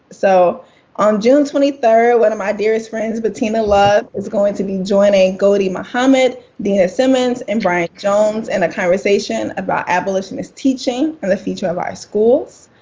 so on june twenty third, one of my dearest friends, bettina love, is going to be joining gholdy muhammed, dena simmons, and brian jones in and a conversation about abolitionist teaching and the future of our schools.